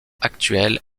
actuel